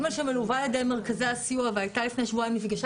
ג' מלווה על ידי מרכזי הסיוע ולפני שבועיים היא נפגשה